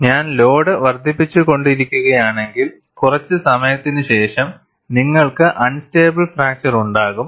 ഞാൻ ലോഡ് വർദ്ധിപ്പിച്ചുകൊണ്ടിരിക്കുകയാണെങ്കിൽ കുറച്ച് സമയത്തിന് ശേഷം നിങ്ങൾക്ക് അൺസ്റ്റബിൾ ഫ്രാക്ചർ ഉണ്ടാകും